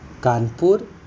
Kanpur